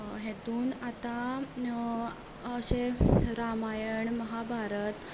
हेतून आतां अशें रामायण महाभारत